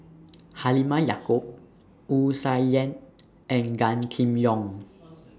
Halimah Yacob Wu Tsai Yen and Gan Kim Yong